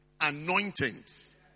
anointings